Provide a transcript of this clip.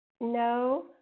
No